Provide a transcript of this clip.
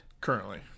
currently